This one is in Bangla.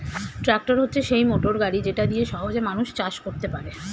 ট্র্যাক্টর হচ্ছে সেই মোটর গাড়ি যেটা দিয়ে সহজে মানুষ চাষ করতে পারে